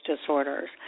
disorders